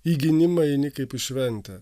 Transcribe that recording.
į gynimą eini kaip į šventę